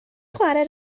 chwarae